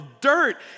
dirt